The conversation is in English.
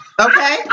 okay